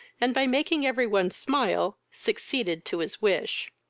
and, by making every one smile, succeeded to his wish.